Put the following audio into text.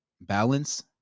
balance